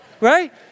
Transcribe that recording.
right